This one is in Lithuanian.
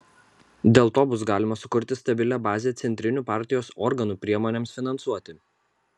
dėl to bus galima sukurti stabilią bazę centrinių partijos organų priemonėms finansuoti